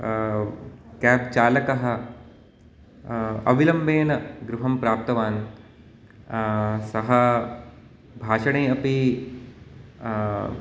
cab चालकः अविलम्बेन गृहं प्राप्तवान् सः भाषणे अपि